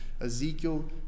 Ezekiel